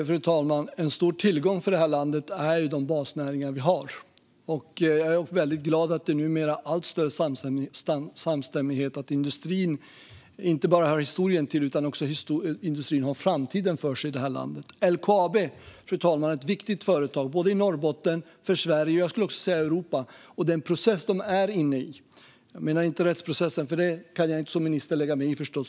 Fru talman! En stor tillgång för vårt land är de basnäringar vi har, och jag är väldigt glad över att det numera råder allt större samstämmighet om att vår industri inte bara hör historien till utan också har framtiden för sig. LKAB är ett viktigt företag för Norrbotten, Sverige och Europa. Rättsprocessen kan jag som minister inte lägga mig i.